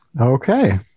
Okay